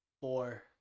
four